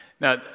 now